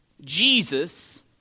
Jesus